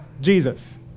Jesus